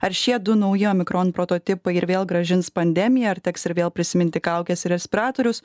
ar šie du nauji omikron prototipai ir vėl grąžins pandemiją ar teks ir vėl prisiminti kaukes ir respiratorius